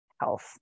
health